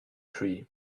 tree